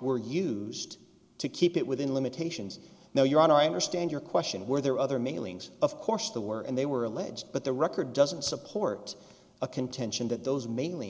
were used to keep it within limitations now your honor i understand your question where there are other mailings of course the where and they were alleged but the record doesn't support a contention that those mainly